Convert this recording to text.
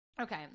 Okay